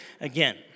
again